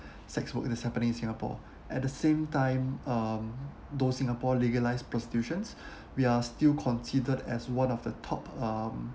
sex work it is happening in singapore at the same time um those singapore legalised prostitutions we are still considered as one of the top um